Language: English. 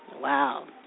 Wow